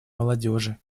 молодежи